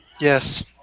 Yes